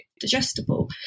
digestible